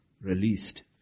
released